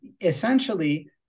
essentially